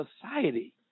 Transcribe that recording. society